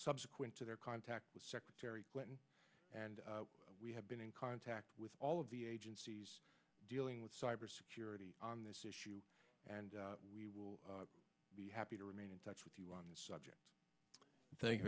subsequent to their contact with secretary clinton and we have been in contact with all of the agencies dealing with cyber security on this issue and we will be happy to remain in touch with you on this subject th